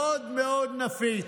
מאוד מאוד נפיץ,